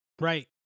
Right